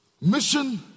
Mission